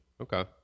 okay